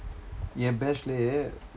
என்:en batch இல்லையே:illaiyee